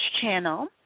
channel